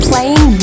Playing